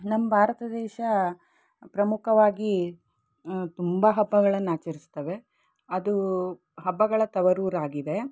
ನಮ್ಮ ಭಾರತ ದೇಶ ಪ್ರಮುಖವಾಗಿ ತುಂಬ ಹಬ್ಬಗಳನ್ನು ಆಚರಿಸ್ತಾವೆ ಅದು ಹಬ್ಬಗಳ ತವರೂರಾಗಿದೆ